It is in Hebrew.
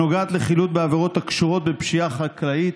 שנוגעת לחילוט בעבירות הקשורות בפשיעה חקלאית,